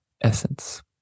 essence